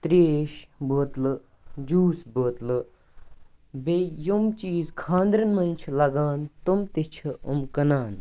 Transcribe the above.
تریش بٲتلہٕ جوٗس بٲتلہٕ تہٕ بیٚیہِ یِم چیٖز خاندرن منٛز چھِ لگان تِم تہِ چھِ یِم کٔنان